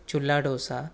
ચૂલા ઢોસા